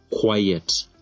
quiet